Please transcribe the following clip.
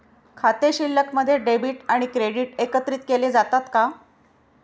खाते शिल्लकमध्ये डेबिट आणि क्रेडिट एकत्रित केले जातात का?